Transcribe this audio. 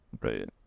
Right